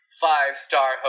five-star